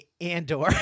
Andor